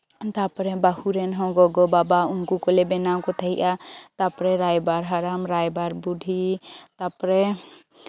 ᱛᱟᱨᱯᱚᱨᱮ ᱵᱟᱹᱦᱩ ᱨᱮᱱ ᱦᱚᱸ ᱜᱚᱜᱚ ᱵᱟᱵᱟ ᱩᱱᱠᱩ ᱠᱚᱞᱮ ᱵᱮᱱᱟᱣ ᱠᱚ ᱛᱟᱦᱮᱸᱜᱼᱟ ᱛᱟᱨᱯᱚᱨᱮ ᱨᱟᱭᱵᱟᱨ ᱦᱟᱲᱟᱢ ᱨᱟᱭᱵᱨ ᱵᱩᱰᱷᱤ ᱛᱟᱨᱯᱚᱨᱮ